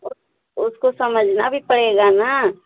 तो उसको समझना भी पड़ेगा ना